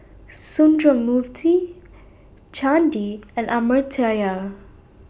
Sundramoorthy Chandi and Amartya